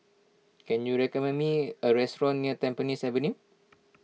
can you recommend me a restaurant near Tampines Avenue